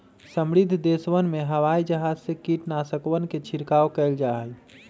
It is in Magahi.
समृद्ध देशवन में हवाई जहाज से कीटनाशकवन के छिड़काव कइल जाहई